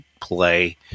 play